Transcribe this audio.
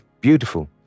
Beautiful